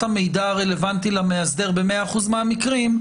המידע הרלוונטי למאסדר ב-100% מהמקרים,